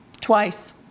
Twice